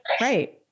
right